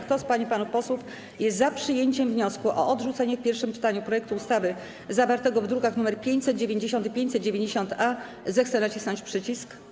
Kto z pań i panów posłów jest za przyjęciem wniosku o odrzucenie w pierwszym czytaniu projektu ustawy zawartego w drukach nr 590 i 590-A, zechce nacisnąć przycisk.